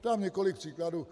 Dám několik příkladů.